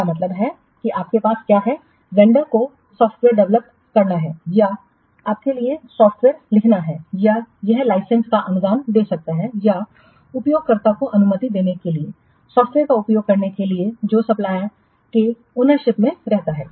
इसका मतलब है कि आपके पास क्या है वेंडर को सॉफ़्टवेयर डेवलप करना है या आपके लिए सॉफ़्टवेयर लिखना है या यह लाइसेंस का अनुदान दे सकता है या उपयोगकर्ता को अनुमति देने के लिए सॉफ़्टवेयर का उपयोग करने के लिए जो सप्लायर के ओनरशिप में रहता है